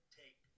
take